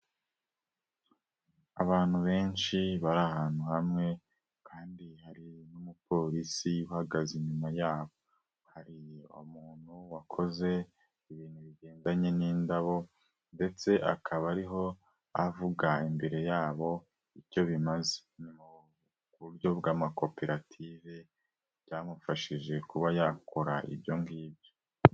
Abantu benshi bari ahantu hamwe kandi hari n'umupolisi uhagaze inyuma yabo, hari umuntu wakoze ibintu bigendanye n'indabo, ndetse akaba ariho avuga imbere yabo icyo bimaze. Ni mu buryo bw'amakoperative byamufashije kuba yakora ibyo ngibyo.